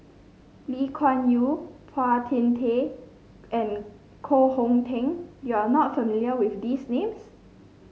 Lee Kuan Yew Phua Thin and Koh Hong Teng you are not familiar with these names